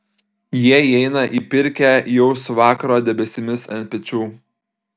jie įeina į pirkią jau su vakaro debesimis ant pečių